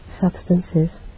substances